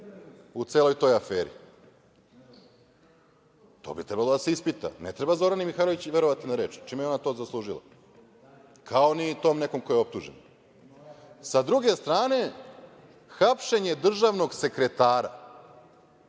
u celoj toj aferi. To bi trebalo da se ispita. Ne treba Zorani Mihajlović verovati na reč, čime je ona to zaslužila, kao ni tom nekom ko je optužen.S druge strane, hapšenje državnog sekretara.